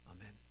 Amen